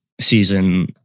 season